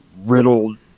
riddled